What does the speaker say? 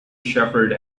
shepherd